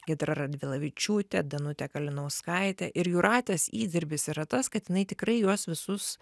giedra radvilavičiūtė danutė kalinauskaitė ir jūratės įdirbis yra tas kad jinai tikrai juos visus